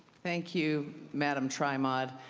thank you, madam tri-mod.